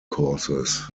courses